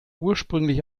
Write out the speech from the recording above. ursprünglich